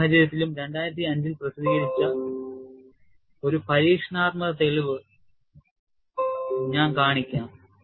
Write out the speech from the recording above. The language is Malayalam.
ഈ സാഹചര്യത്തിലും 2005 ൽ പ്രസിദ്ധീകരിച്ച ഒരു പരീക്ഷണാത്മക തെളിവ് ഞാൻ കാണിക്കാം